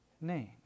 name